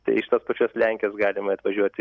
tai iš tos pačios lenkijos galima atvažiuoti